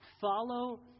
follow